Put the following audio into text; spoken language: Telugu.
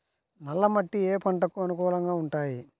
నల్ల మట్టి ఏ ఏ పంటలకు అనుకూలంగా ఉంటాయి?